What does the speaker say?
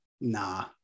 Nah